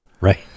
Right